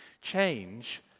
Change